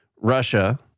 Russia